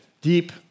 deep